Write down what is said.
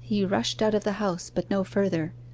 he rushed out of the house, but no further.